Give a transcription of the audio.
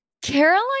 Caroline